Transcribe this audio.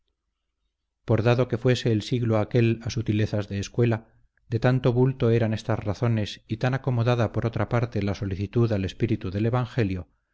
por dado que fuese el siglo aquel a sutilezas de escuela de tanto bulto eran estas razones y tan acomodada por otra parte la solicitud al espíritu del evangelio